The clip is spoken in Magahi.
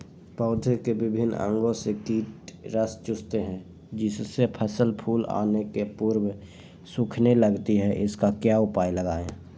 पौधे के विभिन्न अंगों से कीट रस चूसते हैं जिससे फसल फूल आने के पूर्व सूखने लगती है इसका क्या उपाय लगाएं?